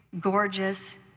gorgeous